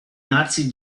nazi